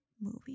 movie